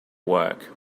work